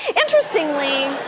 Interestingly